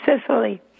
Sicily